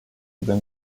than